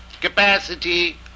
capacity